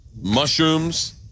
mushrooms